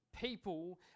people